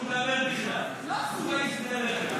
עשר דקות.